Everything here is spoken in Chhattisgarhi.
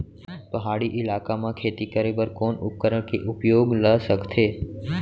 पहाड़ी इलाका म खेती करें बर कोन उपकरण के उपयोग ल सकथे?